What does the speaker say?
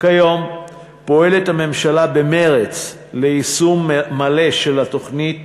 "כיום פועלת הממשלה במרץ ליישום מלא של התוכנית,